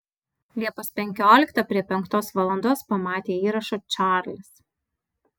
liepos penkioliktą prie penktos valandos pamatė įrašą čarlis